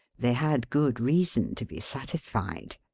they had good reason to be satisfied.